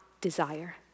desire